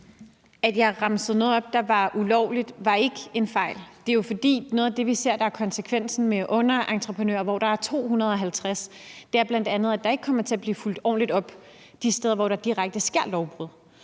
At jeg remsede noget op, der var ulovligt, var ikke en fejl. Noget af det, vi ser er konsekvensen i forhold til de 250 underentrepenører, er bl.a., at der ikke kommer til at blive fulgt ordentligt op de steder, hvor der direkte sker lovbrud.